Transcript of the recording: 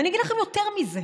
ואני אגיד לכם יותר מזה.